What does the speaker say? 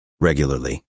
Regularly